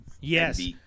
Yes